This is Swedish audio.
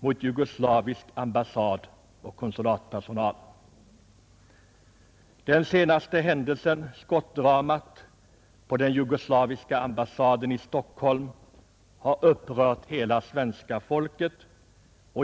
mot jugoslavisk ambassadoch konsulatpersonal. Den senaste händelsen — skottdramat på den jugoslaviska ambassaden i Stockholm — har upprört hela svenska folket.